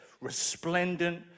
resplendent